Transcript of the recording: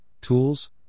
Tools